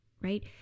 right